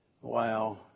wow